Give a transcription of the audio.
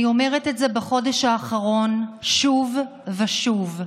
אני אומרת את זה בחודש האחרון שוב ושוב.